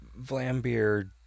Vlambeer